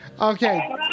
okay